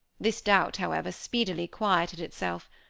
this doubt, however, speedily quieted itself.